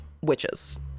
witches